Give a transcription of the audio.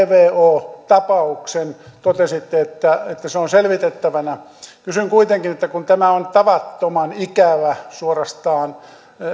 vvo tapauksen totesitte että se on selvitettävänä kysyn kuitenkin että kun tämä on tavattoman ikävä suorastaan